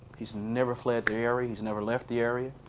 he's never fled the area. he's never left the area.